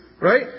Right